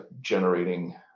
generating